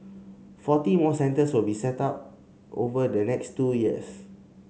forty more centres will be set up over the next two years